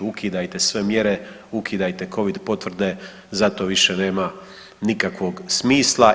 Ukidajte sve mjere, ukidajte covid potvrde za to više nema nikakvog smisla.